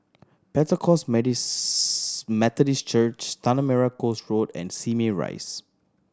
Pentecost Methodist Church Tanah Merah Coast Road and Simei Rise